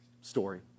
story